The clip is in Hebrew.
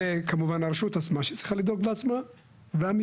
זה כמובן הרשות עצמה שצריכה לדאוג לעצמה והמשרד,